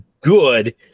good